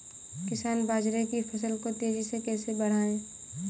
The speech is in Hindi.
किसान बाजरे की फसल को तेजी से कैसे बढ़ाएँ?